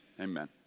Amen